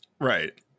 Right